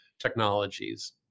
technologies